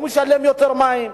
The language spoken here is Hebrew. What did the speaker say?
הוא משלם יותר על מים,